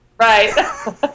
Right